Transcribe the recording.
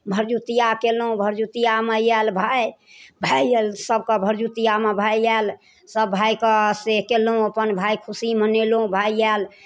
भरदुतिया केलहुँ भरदुतियामे आयल भाइ भाइ आयल सबके भरदुतियामे भाय आयल सब भायके से केलहुँ अपन भाय खुशी मनेलहुँ भाय आयल